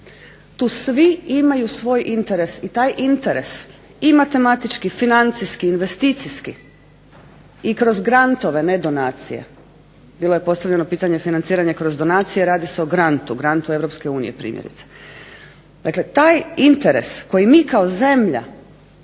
Tu svi imaju svoj interes i taj interes i matematički, financijski, investicijski i kroz grantove, ne donacije, bilo je postavljeno pitanje financiranje kroz donacije, radi se o grantu, grantu EU primjerice. Dakle taj interes koji mi kao zemlja